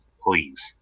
please